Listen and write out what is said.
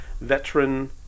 veteran